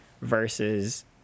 versus